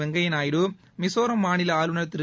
வெங்கய்யா நாயுடு மிசோராம் மாநில ஆளுநர் திரு